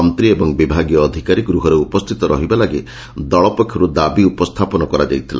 ମନ୍ତୀ ଏବଂ ବିଭାଗୀୟ ଅଧିକାରୀ ଗୃହରେ ଉପସ୍ରିତ ରହିବା ଲାଗି ଦଳ ପକ୍ଷରୁ ଦାବି ଉପସ୍ରାପନ କରାଯାଇଥିଲା